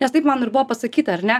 nes taip man ir buvo pasakyta ar ne